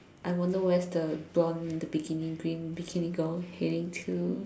I wonder where is the blonde the bikini green bikini girl heading to